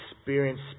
experience